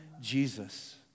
Jesus